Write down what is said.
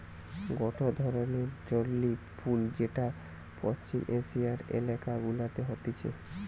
গটে ধরণের জংলী ফুল যেটা পশ্চিম এশিয়ার এলাকা গুলাতে হতিছে